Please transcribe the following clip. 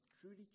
truly